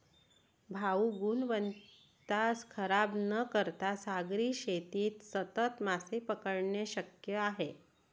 भाऊ, गुणवत्ता खराब न करता सागरी शेतीत सतत मासे पकडणे शक्य आहे